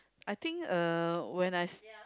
I think uh when I s~